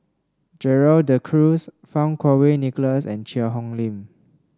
Gerald De Cruz Fang Kuo Wei Nicholas and Cheang Hong Lim